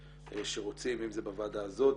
אם זה בוועדה הזאת,